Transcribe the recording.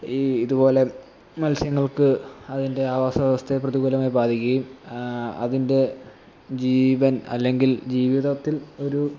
ഈ ഇതുപോലെ മത്സ്യങ്ങൾക്ക് അതിൻ്റെ ആവാസ വ്യവസ്ഥയെ പ്രതികൂലമായി ബാധിക്കുകയും അതിൻ്റെ ജീവൻ അല്ലെങ്കിൽ ജീവിതത്തിൽ ഒരു